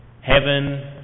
Heaven